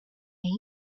mate